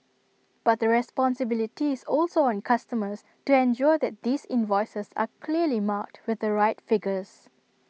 but the responsibility is also on customers to ensure that these invoices are clearly marked with the right figures